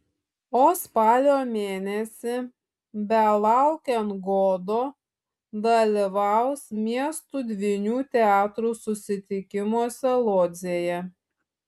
o spalio mėnesį belaukiant godo dalyvaus miestų dvynių teatrų susitikimuose lodzėje